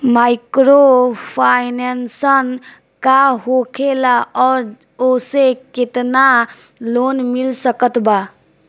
Microfinance का होखेला और ओसे केतना लोन मिल सकत बा?